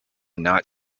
not